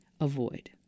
avoid